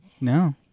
No